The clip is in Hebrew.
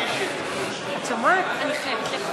אני מקווה.